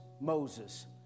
Moses